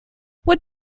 what